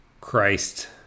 Christ